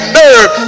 nerve